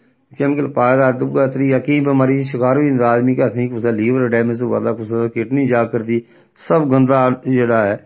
chemical पाए दा दूआ त्रिया केईं बमारियें दा शकार होई जंदा आदमी केह् आखदे नी कुसै दा लिवर डैमेज होआ दा कुसै दी किडनी जा करदी सब गंदा जेह्ड़ा ऐ